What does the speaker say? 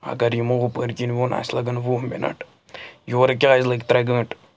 اگر یِمو ہپٲرۍ کِنۍ ووٚن اَسہِ لَگَن وُہ مِنَٹ یورٕ کیٛازِ لٔگۍ ترٛےٚ گٲنٛٹہٕ